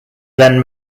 then